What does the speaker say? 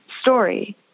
story